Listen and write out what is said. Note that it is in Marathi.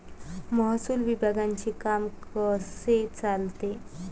महसूल विभागाचे काम कसे चालते?